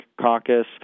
caucus